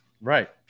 Right